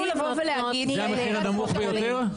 זה המחיר הנמוך ביותר?